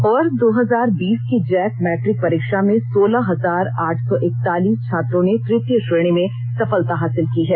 वर्ष दो हजार बीस की जैक मैट्रिक परीक्षा में सोलह हजार आठ सौ इक्कतालीस छात्रों ने ततीय श्रेणी में सफलता हासिल की है